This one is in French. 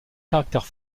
caractère